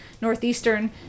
northeastern